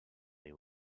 they